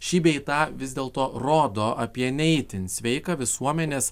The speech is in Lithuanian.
šį bei tą vis dėlto rodo apie ne itin sveiką visuomenės